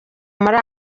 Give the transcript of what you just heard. muri